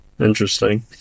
interesting